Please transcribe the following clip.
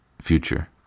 future